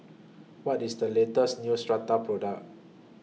What IS The latest Neostrata Product